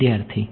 વિદ્યાર્થી